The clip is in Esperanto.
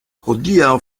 hodiaŭ